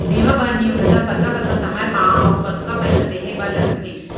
बीमा बर न्यूनतम कतका कतका समय मा अऊ कतका पइसा देहे बर लगथे